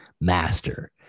master